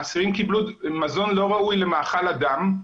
האסירים קיבלו מזון לא ראוי למאכל אדם,